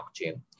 blockchain